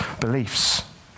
beliefs